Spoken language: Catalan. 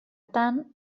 tant